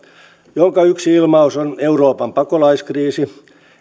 jonka yksi ilmaus on euroopan pakolaiskriisi